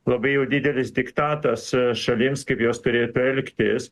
labai jau didelis diktatas šalims kaip jos turėtų elgtis